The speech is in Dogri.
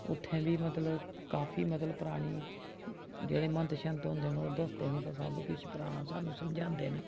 उत्थै बी मतलब काफी मतलब परानी जेह्ड़े म्हैंत श्हैंत न ओह् दसदे न उत्थै सब किश पराना साह्नू समझांदे न